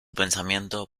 pensamiento